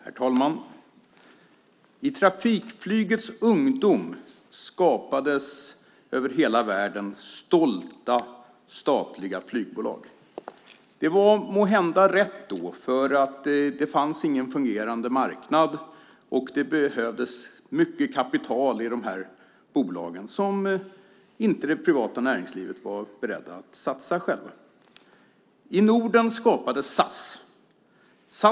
Herr talman! I trafikflygets ungdom skapades över hela världen stolta statliga flygbolag. Det var måhända rätt då, för det fanns ingen fungerande marknad och det behövdes mycket kapital i de bolagen som det privata näringslivet inte var berett att satsa. I Norden skapades bland annat SAS.